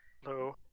hello